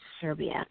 Serbia